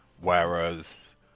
Whereas